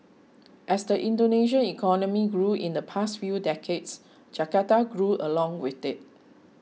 as the Indonesian economy grew in the past few decades Jakarta grew along with it